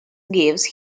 gives